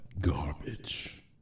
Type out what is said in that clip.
garbage